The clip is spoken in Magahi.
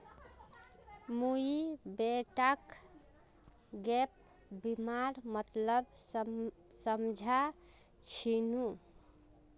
मुई बेटाक गैप बीमार मतलब समझा छिनु